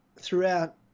throughout